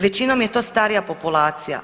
Većinom je to starija populacija.